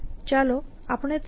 ચાલો આપણે તેને p કહીએ